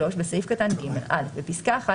בסעיף קטן (ג) - בפסקה (1),